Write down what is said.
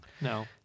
no